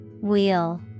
Wheel